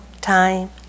time